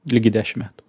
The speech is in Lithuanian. lygiai dešimt metų